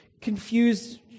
confused